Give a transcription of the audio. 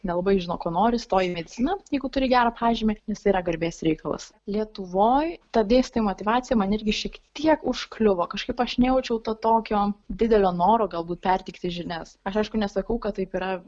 nelabai žino ko nori įstoja į mediciną jeigu turi gerą pažymį nes tai yra garbės reikalas lietuvoj ta dėstytojų motyvacija man irgi šiek tiek užkliuvo kažkaip aš nejaučiau to tokio didelio noro galbūt perteikti žinias aš aišku nesakau kad taip yra